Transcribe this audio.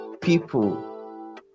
people